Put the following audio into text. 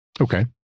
Okay